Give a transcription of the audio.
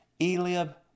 Eliab